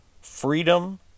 freedom